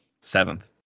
Seventh